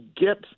get